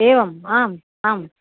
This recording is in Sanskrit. एवम् आम् आम्